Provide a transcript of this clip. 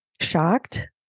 shocked